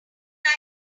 like